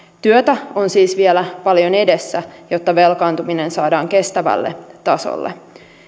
työtä on siis vielä paljon edessä jotta velkaantuminen saadaan kestävälle tasolle